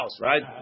right